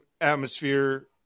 atmosphere